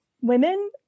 women